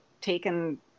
taken